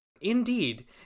Indeed